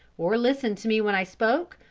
or listen to me when i spoke,